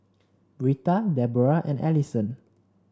Britta Deborrah and Alison